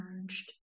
merged